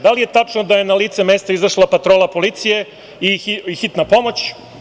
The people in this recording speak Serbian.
Da li je tačno da je na lice mesta izašla patrola policije i hitna pomoć?